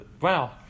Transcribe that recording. wow